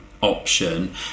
option